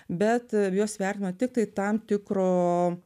bet juos vertime tiktai tam tikro